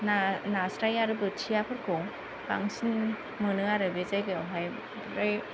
ना नास्राय आरो बोथियाफोरखौ बांसिन मोनो आरो बे जायगायावहाय ओमफ्राय